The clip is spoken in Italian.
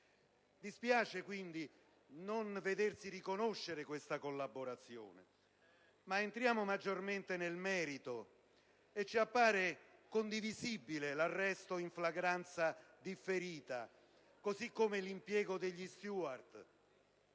Dispiace, quindi, non vedersi riconoscere questa collaborazione. Entrando maggiormente nel merito del provvedimento, ci appare condivisibile l'arresto in flagranza differita, così come l'impiego degli *steward*,